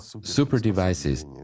super-devices